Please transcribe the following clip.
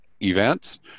events